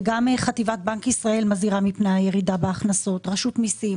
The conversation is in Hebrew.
חטיבת בנק ישראל מזהירה מפני הירידה בהכנסות; רשות המיסים;